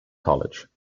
college